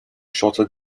shorter